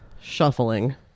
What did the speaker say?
Shuffling